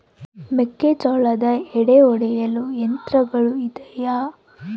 ಮೆಕ್ಕೆಜೋಳದ ಎಡೆ ಒಡೆಯಲು ಯಂತ್ರಗಳು ಇದೆಯೆ?